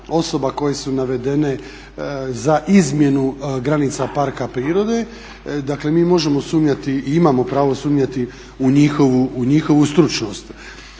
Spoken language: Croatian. osoba koje su navedene za izmjenu granica parka prirode. Dakle mi možemo sumnjati i imamo pravo sumnjati u njihovu stručnost.